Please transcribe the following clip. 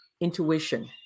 intuition